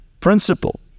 principle